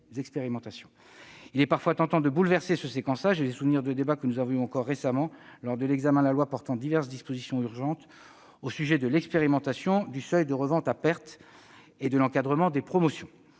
Il est parfois tentant de bouleverser ce séquençage. J'ai souvenir des débats que nous avions encore récemment lors de l'examen de la loi portant diverses dispositions urgentes au sujet de l'expérimentation de relèvement du seuil de revente à perte et de l'encadrement des promotions.